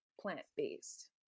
plant-based